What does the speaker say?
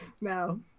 No